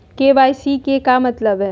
KYC के का मतलब हई?